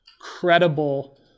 credible